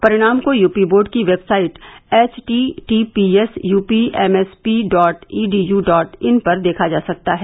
परिणाम को UP board की वेब H T T P S U P M S P dot E D U dot in पर देखा जा सकता है